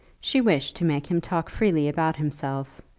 she wished to make him talk freely about himself,